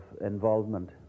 involvement